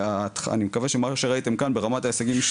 אני מקווה שמה שראיתם כאן ברמת ההישגים,